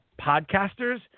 podcasters